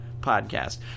podcast